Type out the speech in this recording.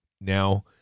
now